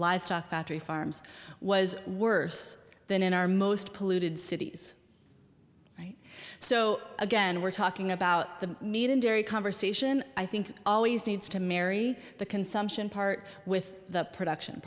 livestock factory farms was worse than in our most polluted cities so again we're talking about the meat and dairy conversation i think always needs to marry the consumption part with the production